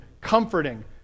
comforting